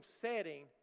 setting